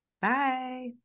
Bye